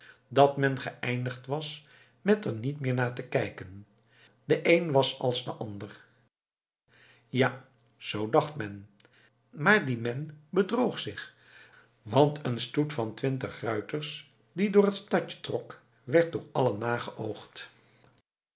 dat men geëindigd was met er niet meer naar te kijken de een was als de ander ja zoo dacht men maar die men bedroog zich want een stoet van twintig ruiters die door het stadje trok werd door allen